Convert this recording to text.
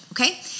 okay